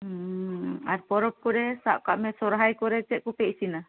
ᱟᱨ ᱯᱚᱨᱚᱵᱽ ᱠᱚᱨᱮ ᱥᱟᱵ ᱠᱟᱜᱢᱮ ᱥᱚᱨᱦᱟᱭ ᱠᱚᱨᱮ ᱪᱮᱫ ᱠᱚᱯᱮ ᱤᱥᱤᱱᱟ